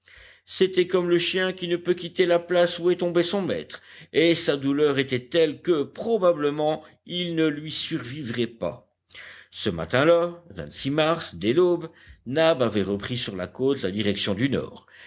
c'était comme le chien qui ne peut quitter la place où est tombé son maître et sa douleur était telle que probablement il ne lui survivrait pas ce matin-là mars dès l'aube nab avait repris sur la côte la direction du nord